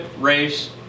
race